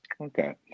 Okay